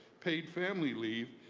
paid family leave,